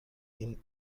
این